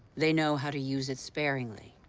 they know how to use it sparingly.